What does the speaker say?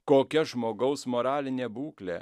kokia žmogaus moralinė būklė